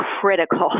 critical